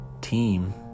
team